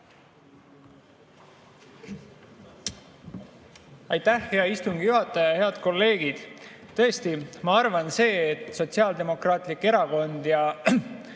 Aitäh, hea istungi juhataja! Head kolleegid! Tõesti, ma arvan, et see, et Sotsiaaldemokraatlik Erakond ja